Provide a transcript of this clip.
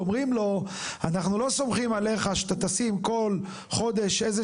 אומרים לו אנחנו לא סומכים עליך שאתה תשים כל חודש איזה